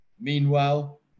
Meanwhile